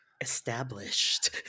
established